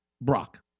Brock